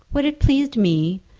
what it pleased me!